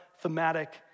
thematic